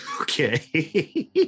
Okay